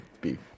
beef